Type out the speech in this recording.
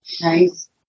Nice